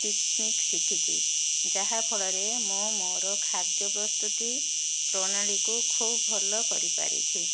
ଟିକ୍ନିକ୍ ଶିଖିଛି ଯାହାଫଳରେ ମୁଁ ମୋର ଖାଦ୍ୟ ପ୍ରସ୍ତୁତି ପ୍ରଣାଳୀକୁ ଖୁବ୍ ଭଲ କରିପାରିଛି